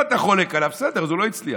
אם אתה חולק עליו, בסדר, אז הוא לא הצליח.